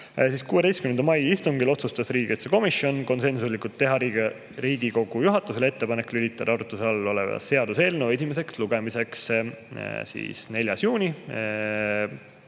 16. mai istungil otsustas riigikaitsekomisjon konsensuslikult teha Riigikogu juhatusele ettepaneku lülitada arutluse all olev seaduseelnõu esimeseks lugemiseks 4. juunile,